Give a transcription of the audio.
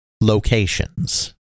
locations